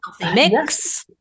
mix